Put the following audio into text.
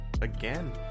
Again